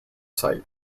site